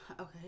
okay